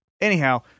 Anyhow